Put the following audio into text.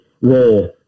role